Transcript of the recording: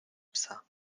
psa